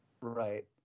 Right